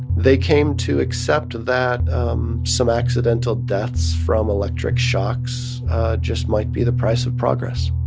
they came to accept that um some accidental deaths from electric shocks just might be the price of progress